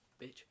bitch